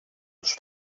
τους